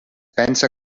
pensa